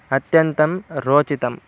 अत्यन्तं रोचितम्